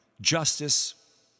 justice